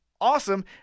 awesome